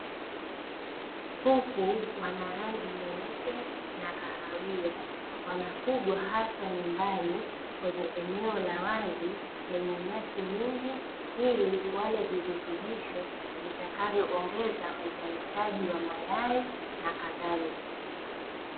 Kuku wana rangi nyeupe na kahawia, wanafugwa hasa nyumbani kwenye eneo la wazi, lenye nyasi nyingi ili wale virutubisho, vitakavyoongeza uzalishaji wa mayai na kadhalika.